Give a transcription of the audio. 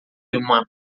uma